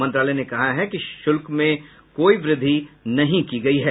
मंत्रालय ने कहा है कि शुल्कों में कोई वृद्धि नहीं की गई है